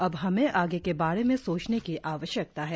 अब हमें आगे के बारे में सोचने की आवश्यकता है